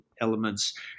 elements